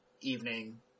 evening